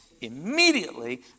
Immediately